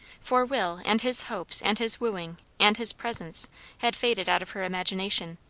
for will and his hopes and his wooing and his presence had faded out of her imagination.